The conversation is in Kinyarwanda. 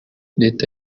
leta